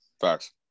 Facts